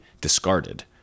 discarded